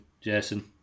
Jason